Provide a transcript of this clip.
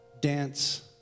dance